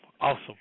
awesome